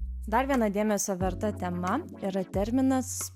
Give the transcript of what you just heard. dar viena dėmesio verta tema yra terminas